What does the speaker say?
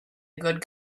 good